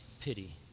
pity